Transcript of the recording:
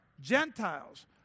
Gentiles